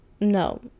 no